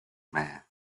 mayor